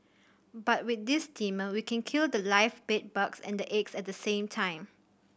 but with this steamer we can kill the live bed bugs and the eggs at the same time